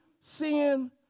sin